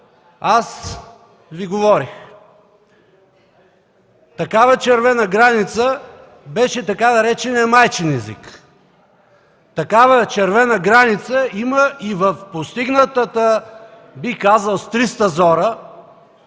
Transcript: аз Ви говорех. Такава червена граница беше така нареченият „майчин език”. Такава червена граница има и в постигнатата, бих казал, с триста зора